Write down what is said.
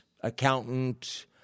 accountant